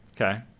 Okay